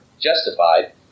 justified